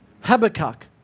Habakkuk